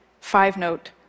five-note